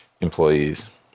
employees